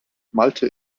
malte